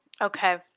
okay